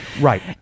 right